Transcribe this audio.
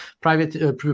private